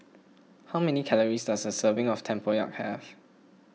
how many calories does a serving of Tempoyak have